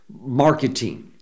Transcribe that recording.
marketing